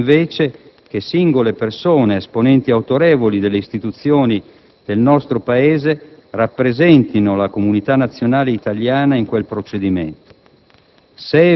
Chiediamo invece che singole persone, esponenti autorevoli delle istituzioni del nostro Paese, rappresentino la comunità nazionale italiana in quel procedimento.